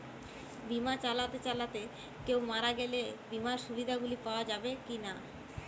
বিমা চালাতে চালাতে কেও মারা গেলে বিমার সুবিধা গুলি পাওয়া যাবে কি না?